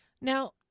Now